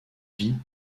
vie